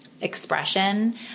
expression